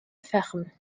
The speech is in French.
ferme